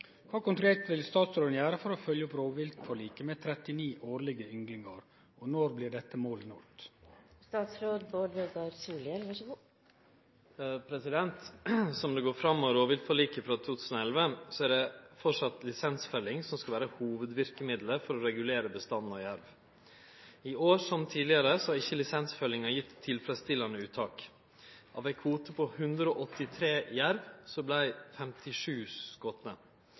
kva som vil skje når beitesesongen startar. Kva konkret vil statsråden gjere for å følgje opp rovviltforliket med 39 årlige ynglingar, og når blir dette målet nådd?» Som det går fram av rovviltforliket frå 2011, er det framleis lisensfelling som skal vere hovudverkemiddelet for å regulere bestanden av jerv. I år, som tidlegare, har ikkje lisensfellinga gjeve eit tilfredsstillande uttak. Av ein kvote på 183 jerv vart 57 skotne.